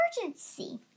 emergency